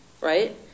right